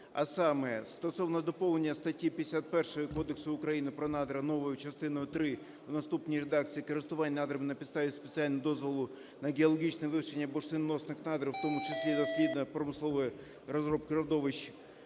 а саме: стосовно доповнення статті 51 Кодексу України про надра новою частиною три в наступній редакції: "Користування надрами на підставі спеціального дозволу на геологічне вивчення бурштиноносних надр, у тому числі дослідно-промислової розробки родовищ